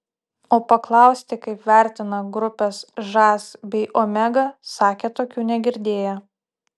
o paklausti kaip vertina grupes žas bei omega sakė tokių negirdėję